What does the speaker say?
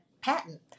patent